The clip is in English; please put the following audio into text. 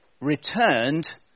returned